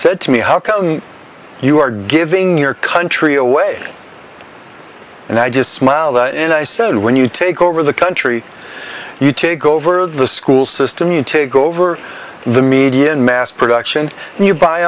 said to me how come you are giving your country away and i just smiled and i said when you take over the country you take over the school system you take over the media in mass production and you buy